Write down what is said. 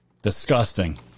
Disgusting